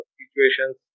situations